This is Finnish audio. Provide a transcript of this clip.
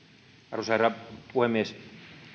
arvoisa herra puhemies